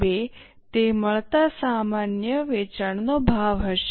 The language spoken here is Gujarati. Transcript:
2 તે મળતા સામાન્ય વેચાણ ભાવ હશે